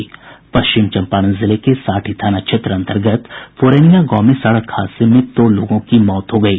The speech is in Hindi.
पश्चिम चम्पारण जिले के साठी थाना क्षेत्र अन्तर्गत पुरैनिया गांव में सड़क हादसे में दो लोगों की मौत हो गयी